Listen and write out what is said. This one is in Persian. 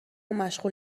مشغول